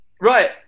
Right